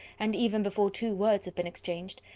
and even before two words have been exchanged,